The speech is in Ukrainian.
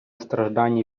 страждання